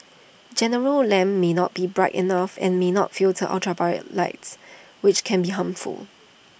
general lamps may not be bright enough and may not filter ultraviolet lights which can be harmful